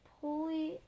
pulley